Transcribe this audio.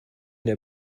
der